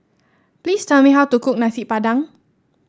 please tell me how to cook Nasi Padang